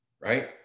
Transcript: right